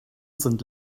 sind